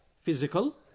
physical